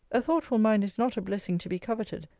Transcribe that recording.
a thoughtful mind is not a blessing to be coveted,